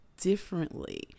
differently